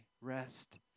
Rest